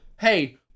hey